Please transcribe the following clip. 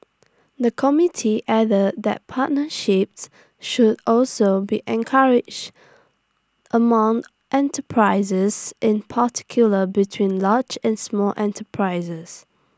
the committee added that partnerships should also be encouraged among enterprises in particular between large and small enterprises